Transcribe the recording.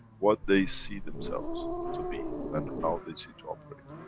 what they see themselves to be and how they see to operate.